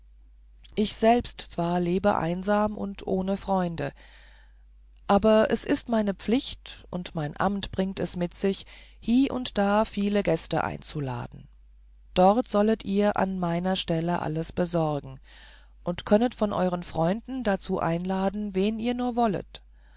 ich selbst zwar lebe einsam und ohne freude aber es ist meine pflicht und mein amt bringt es mit sich hie und da viele gäste einzuladen dort sollet ihr an meiner stelle alles besorgen und könnet von euren freunden dazu einladen wen ihr nur wollet